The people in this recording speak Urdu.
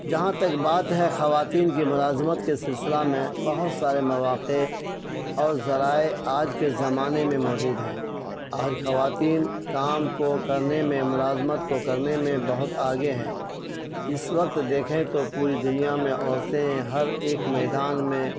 جہاں تک بات ہے خواتین کی ملازمت کے سلسلہ میں بہت سارے مواقع اور ذرائع آج کے زمانے میں موجود ہیں آج خواتین کام کو کرنے میں ملازمت کو کرنے میں بہت آگے ہیں اس وقت دیکھیں تو پوری دنیا میں عورتیں ہر ایک میدان میں